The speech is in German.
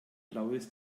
blaues